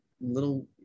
little